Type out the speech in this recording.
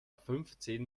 fünfzehn